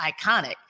iconic